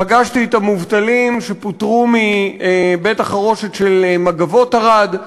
פגשתי את המובטלים שפוטרו מבית-החרושת "מגבות ערד".